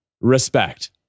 Respect